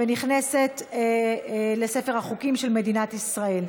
ונכנסת לספר החוקים של מדינת ישראל.